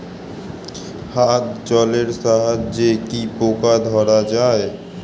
হাত জলের সাহায্যে কি পোকা ধরা যায়?